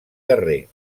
guerrer